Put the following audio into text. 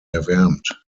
erwärmt